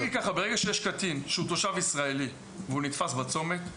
-- בוא ונגיד כך: ברגע שיש קטין שהוא תושב ישראלי ונתפס בצומת,